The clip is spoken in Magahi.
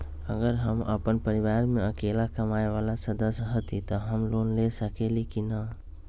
अगर हम अपन परिवार में अकेला कमाये वाला सदस्य हती त हम लोन ले सकेली की न?